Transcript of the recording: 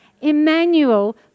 Emmanuel